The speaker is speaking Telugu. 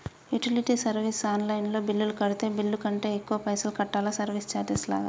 యుటిలిటీ సర్వీస్ ఆన్ లైన్ లో బిల్లు కడితే బిల్లు కంటే ఎక్కువ పైసల్ కట్టాలా సర్వీస్ చార్జెస్ లాగా?